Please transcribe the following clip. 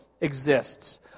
exists